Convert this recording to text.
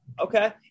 Okay